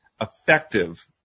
effective